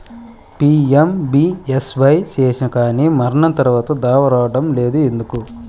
PMBSY చేసినా కానీ మరణం తర్వాత దావా రావటం లేదు ఎందుకు?